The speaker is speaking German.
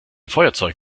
feuerzeug